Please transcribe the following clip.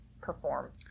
perform